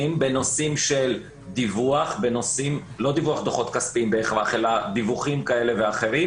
בנושאים של דיווח לא דיווח דוחות כספיים אלא דיווחים כאלה ואחרים